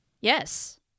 Yes